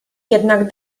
jednak